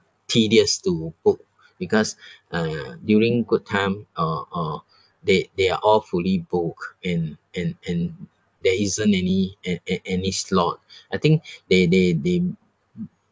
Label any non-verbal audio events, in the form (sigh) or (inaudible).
tedious to book because uh during good time or or they they are all fully booked and and and there isn't any a~ a~ any slot I think they they they (noise)